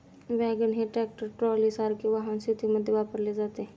wagon हे tractor ट्रॉलीसारखे वाहन शेतीमध्ये वापरले जाते